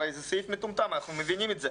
הרי זה סעיף מטומטם, אנחנו מבינים את זה.